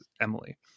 Emily